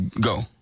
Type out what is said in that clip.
Go